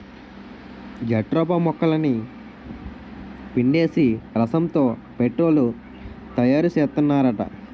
jatropha మొక్కలని పిండేసి రసంతో పెట్రోలు తయారుసేత్తన్నారట